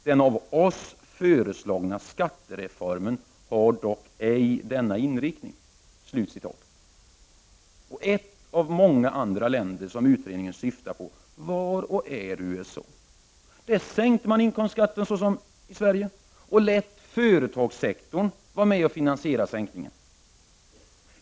Den av oss föreslagna skattereformen har dock ej denna inriktning.” Ett av de många andra länder som utredningen syftar på var och är USA. Där sänkte man inkomstskatten såsom i Sverige och lät företagssektorn vara med och finansiera sänkningen.